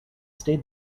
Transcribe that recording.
stayed